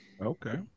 Okay